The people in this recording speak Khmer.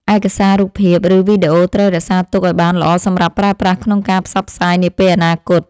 ឯកសាររូបភាព ឬ វីដេអូត្រូវរក្សាទុកឱ្យបានល្អសម្រាប់ប្រើប្រាស់ក្នុងការផ្សព្វផ្សាយនាពេលអនាគត។